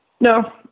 No